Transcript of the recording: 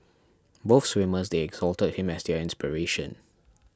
both swimmers they exalted him as their inspiration